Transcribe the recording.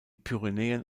pyrenäen